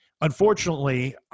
unfortunately